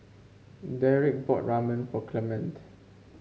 Derek bought Ramen for Clemente